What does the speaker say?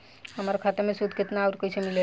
हमार खाता मे सूद केतना आउर कैसे मिलेला?